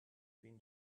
been